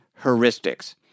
heuristics